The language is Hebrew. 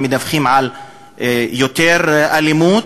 מדווחים על יותר אלימות,